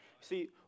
See